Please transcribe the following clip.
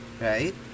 Right